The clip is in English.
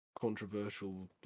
controversial